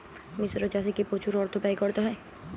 মিশ্র চাষে কি প্রচুর অর্থ ব্যয় করতে হয়?